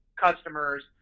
customers